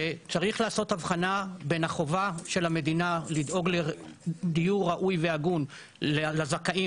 שצריך לעשות הבחנה בין החובה של המדינה לדאוג לדיור ראוי והגון לזכאים,